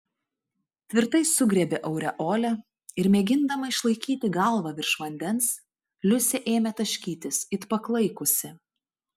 tvirtai sugriebė aureolę ir mėgindama išlaikyti galvą virš vandens liusė ėmė taškytis it paklaikusi